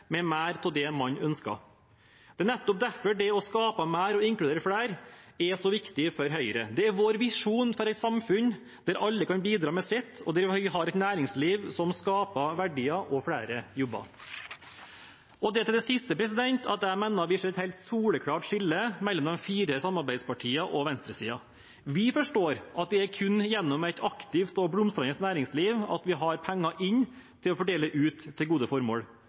med mer av det man ønsker. Det er nettopp derfor det å skape mer og inkludere flere er så viktig for Høyre. Det er vår visjon for et samfunn der alle kan bidra med sitt, og der vi har et næringsliv som skaper verdier og flere jobber. Det er til det siste at jeg mener vi ser et helt soleklart skille mellom de fire samarbeidspartiene og venstresiden. Vi forstår at det er kun gjennom et aktivt og blomstrende næringsliv at vi har penger til å fordele ut til gode formål.